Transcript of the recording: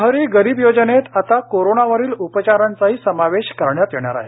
शहरी गरीब योजनेत आता कोरोनावरील उपचारांचाही समावेश करण्यात येणार आहे